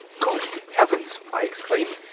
good heavens! i exclaimed,